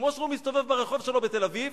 כמו שהוא מסתובב ברחוב שלו בתל-אביב,